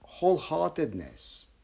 wholeheartedness